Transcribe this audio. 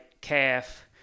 calf